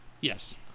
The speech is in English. Yes